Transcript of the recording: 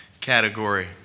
category